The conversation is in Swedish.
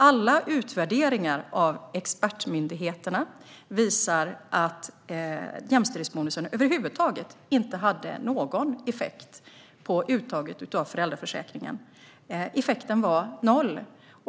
Alla utvärderingar av expertmyndigheterna visar att jämställdhetsbonusen över huvud taget inte hade någon effekt på uttaget av föräldraförsäkringen. Effekten var noll.